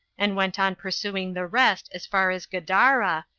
and went on pursuing the rest as far as gadara,